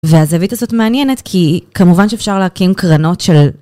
והזווית הזאת מעניינת, כי כמובן שאפשר להקים קרנות של...